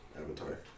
Avatar